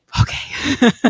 okay